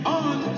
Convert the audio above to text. on